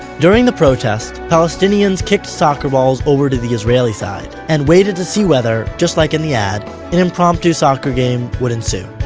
during the protest, palestinians kicked soccer balls over to the israeli side, and waited to see whether just like in the ad an impromptu soccer game would ensue.